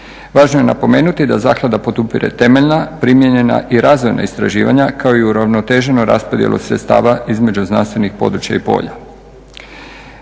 Važno je napomenuti da Zaklada podupire temeljna, primijenjena i razvojna istraživanja kao i uravnoteženu raspodjelu sredstava između znanstvenih područja i polja.